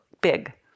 big